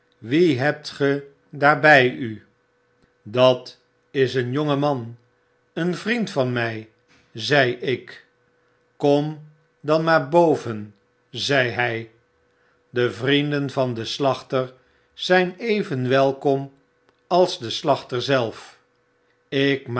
wie hebt ge daar bij u dat is een jonge man een vriend van my zei ik kom dan maar boven zei hy de vrienden van den slachter zyn even welkom als de slachter zelf ik